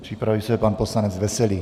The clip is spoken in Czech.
Připraví se pan poslanec Veselý.